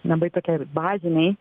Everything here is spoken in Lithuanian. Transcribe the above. labai tokiai bazinei